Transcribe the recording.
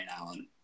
Allen